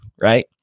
Right